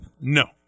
No